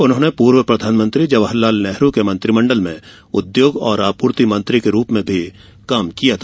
उन्होंने पूर्व प्रधानमंत्री जवाहरलाल नेहरू के मंत्रिमण्डल में उद्योग और आपूर्ति मंत्री के रूप में भी काम किया था